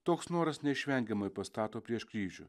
toks noras neišvengiamai pastato prieš kryžių